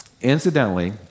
Incidentally